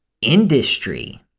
industry